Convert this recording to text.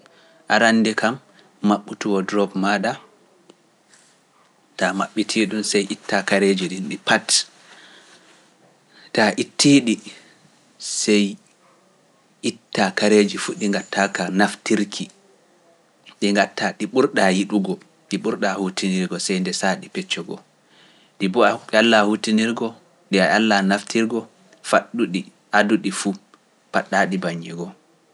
Arannde kam maɓɓutu wo drop maa ɗa, taa maɓɓiti ɗum sey itta kareeji ɗi, ɗi pat, taa itti ɗi sey itta kareeji fuu ɗi gatta ka naftirki, ɗi gatta ɗi ɓurɗa yiɗugo, ɗi ɓurɗa hutinirgo, sey ndesa ɗi peccogo, ɗi mbuwa huttinirgo, ɗi alla naftirgo, faɗɗuɗi aduɗi fuu, paɗɗa ɗi baññigo.